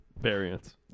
Variants